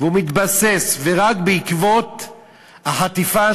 והוא מתבסס, ורק בעקבות החטיפה